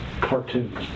cartoons